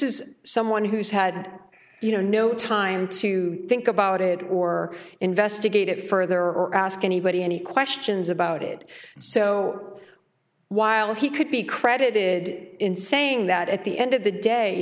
is someone who's had you know no time to think about it or investigate it further or ask anybody any questions about it so while he could be credited in saying that at the end of the day